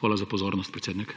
Hvala za pozornost, predsednik.